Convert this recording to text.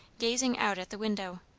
gazing out at the window.